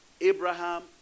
Abraham